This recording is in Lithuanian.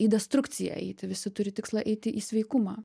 į destrukciją eiti visi turi tikslą eiti į sveikumą